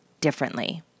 differently